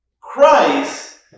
Christ